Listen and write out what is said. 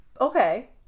Okay